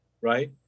right